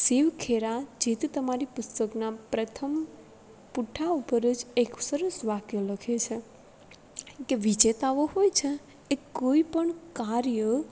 શિવ ખેરા જીત તમારી પુસ્તકનાં પ્રથમ પુઠાં ઉપર જ એક સરસ વાક્ય લખે છે કે વિજેતાઓ હોય છે કે કોઈ પણ કાર્ય